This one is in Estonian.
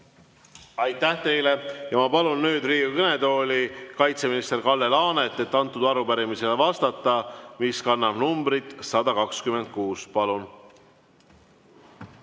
Aitäh teile! Ma palun nüüd Riigikogu kõnetooli kaitseminister Kalle Laaneti, et vastata arupärimisele, mis kannab numbrit 126. Palun!